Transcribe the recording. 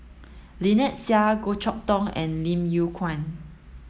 Lynnette Seah Goh Chok Tong and Lim Yew Kuan